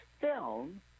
film